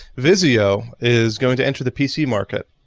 vizio is going to enter the pc market.